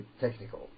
technical